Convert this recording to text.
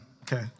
Okay